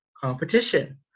competition